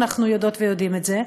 אנחנו יודעות ויודעים את זה,